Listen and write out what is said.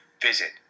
Visit